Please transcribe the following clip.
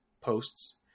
posts